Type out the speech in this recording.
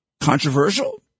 controversial